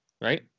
right